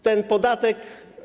Ten podatek.